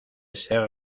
ser